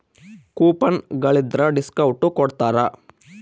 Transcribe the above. coupon ಗಳಿದ್ರ discount ಕೊಡ್ತಾರ